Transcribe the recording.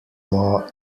law